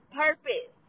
purpose